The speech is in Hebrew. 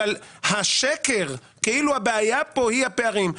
מפריע לי השקר כאילו הבעיה פה היא הפערים.